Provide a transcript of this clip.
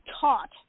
taught